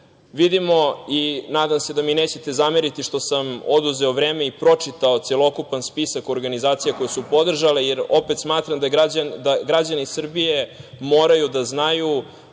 da, nadam se da mi nećete zameriti što sam vam oduzeo vreme i pročitao celokupan spisak organizacija koje su podržale, jer, opet, smatram da građani Srbije moraju da znaju,